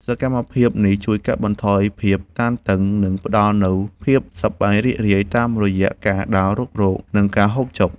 សកម្មភាពនេះជួយកាត់បន្ថយភាពតានតឹង និងផ្ដល់នូវភាពសប្បាយរីករាយតាមរយៈការដើររុករក និងការហូបចុក។